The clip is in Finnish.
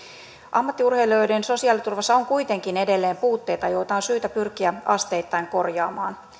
ammattiurheilijoiden sosiaaliturvassa on kuitenkin edelleen puutteita joita on syytä pyrkiä asteittain korjaamaan